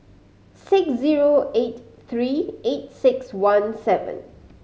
six zero eight three eight six one seven